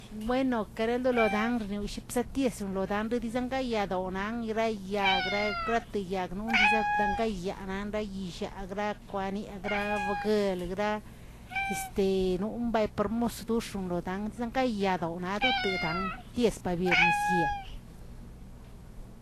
Bueno querololodan rewsheptiatieselodan danizangadyad' oran dii nan yagragrato yagnon dii zan langayaa andayishaa, agrakwaniꞌi agrabguelə gra edanizangadste nomba perbmos toshondoxang zanga yadonaꞌ adote dan ties pabebnisdie.